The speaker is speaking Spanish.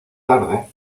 tarde